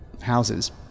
houses